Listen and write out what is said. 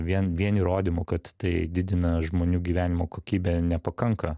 vien vien įrodymų kad tai didina žmonių gyvenimo kokybę nepakanka